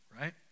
right